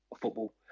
football